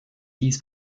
dies